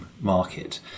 market